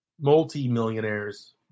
Multi-millionaires